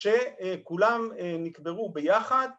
‫שכולם נקברו ביחד.